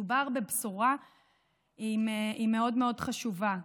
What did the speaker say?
מדובר בבשורה מאוד מאוד חשובה.